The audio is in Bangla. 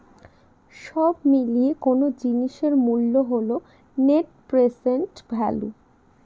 সব মিলিয়ে কোনো জিনিসের মূল্য হল নেট প্রেসেন্ট ভ্যালু